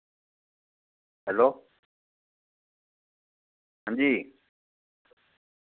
hello हां जी